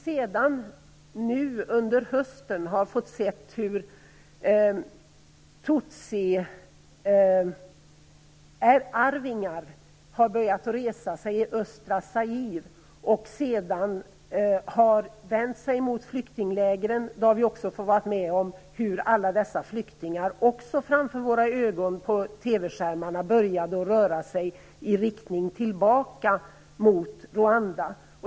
Sedan vi under hösten sett hur tutsiarvingar börjat resa sig i östra Zaire och vänt sig mot flyktinglägren har vi fått vara med om hur alla dessa flyktingar - också inför våra ögon på TV-skärmarna - börjat röra sig i riktning tillbaka mot Rwanda.